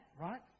right